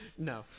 No